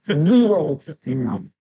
Zero